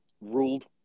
ruled